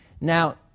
Now